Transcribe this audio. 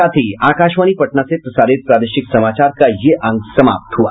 इसके साथ ही आकाशवाणी पटना से प्रसारित प्रादेशिक समाचार का ये अंक समाप्त हुआ